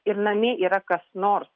ir namie yra kas nors